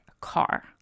car